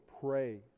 pray